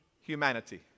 humanity